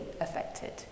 affected